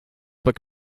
book